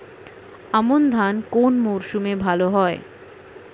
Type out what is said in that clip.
আমন ধান কোন মরশুমে ভাল হয়?